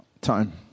Time